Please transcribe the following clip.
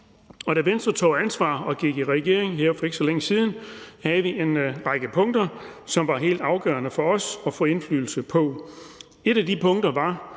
da Venstre tog ansvar og gik i regering her for ikke så længe siden, havde vi en række punkter, som det var helt afgørende for os at få indflydelse på. Et af de punkter var